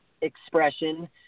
expression